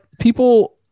people